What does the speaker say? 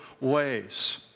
ways